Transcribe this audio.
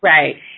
Right